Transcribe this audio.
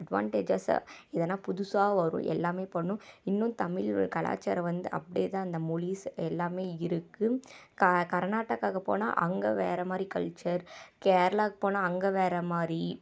அட்வான்டேஜஸ்ஸா எதுனா புதுசா வரும் எல்லாமே பண்ணணும் இன்னும் தமிழ் கலாச்சாரம் வந்து அப்படியே தான் அந்த மொழிஸ் எல்லாமே இருக்குது க கரநாட்டக்காக்கு போனால் அங்கே வேறமாதிரி கல்ச்சர் கேரளாக்கு போனால் அங்கே வேறமாதிரி